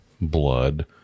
blood